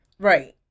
Right